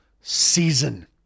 season